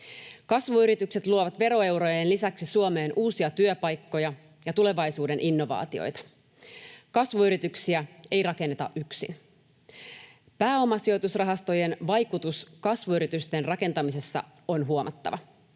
Kasvuyritykset luovat veroeurojen lisäksi Suomeen uusia työpaikkoja ja tulevaisuuden innovaatioita. Kasvuyrityksiä ei rakenneta yksin. Pääomasijoitusrahastojen vaikutus kasvuyritysten rakentamisessa on huomattava.